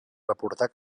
reportar